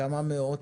כמה מאות,